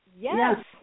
Yes